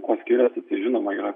kuo skirias žinoma yra